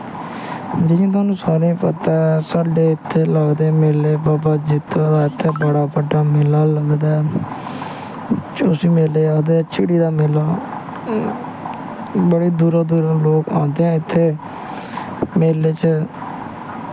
जियां तुसें सारें गी पता ऐ साढ़े इत्थें लगदे मेले बाबा जित्तो दा इत्थें बड़ा बड्डा मेला लगदा ऐ उस मेले गी आखदे झिड़ी दा मेला बड़े दूरा दूरा लोग आंदे ऐं इत्थें मेले च